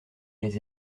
les